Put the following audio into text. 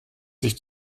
sich